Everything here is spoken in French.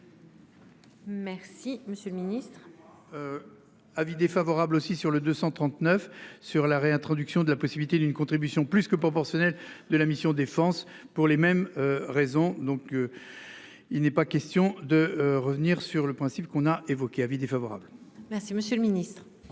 Merci, monsieur le Ministre. Avis défavorable aussi sur le 239 sur la réintroduction de la possibilité d'une contribution plus que proportionnelle de la mission Défense pour les mêmes raisons. Donc. Il n'est pas question de revenir sur le principe qu'on a évoqué, avis défavorable. Merci, monsieur le Ministre.